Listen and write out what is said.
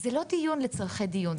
זה לא דיון לצרכי דיון,